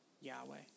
Yahweh